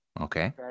Okay